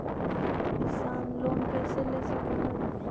किसान लोन कैसे ले सक है?